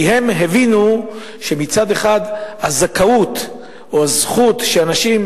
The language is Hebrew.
כי הם הבינו שמצד אחד הזכאות או הזכות שאנשים